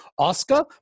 Oscar